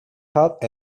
help